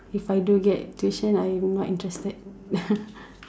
if I do get tuition I'm not interested